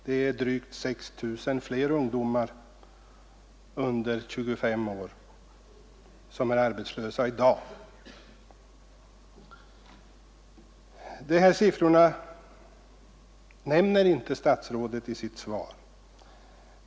Det är drygt 6 000 fler ungdomar under 25 år som är arbetslösa i dag. Dessa siffror nämner inte statsrådet i sitt svar.